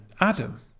Adam